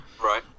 right